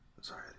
Sorry